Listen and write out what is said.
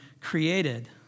Created